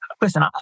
Listen